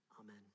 Amen